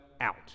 out